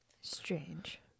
Strange